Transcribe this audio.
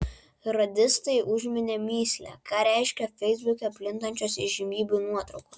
radistai užminė mįslę ką reiškia feisbuke plintančios įžymybių nuotraukos